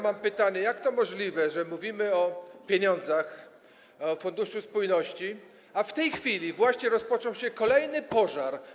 Mam pytanie, jak to możliwe, że mówimy o pieniądzach, o funduszu spójności, a w tej chwili właśnie rozpoczął się kolejny pożar.